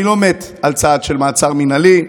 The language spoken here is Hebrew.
אני לא מת על צעד של מעצר מינהלי.